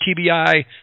TBI